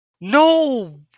No